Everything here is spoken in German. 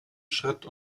schritt